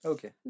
Okay